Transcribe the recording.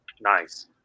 Nice